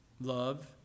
love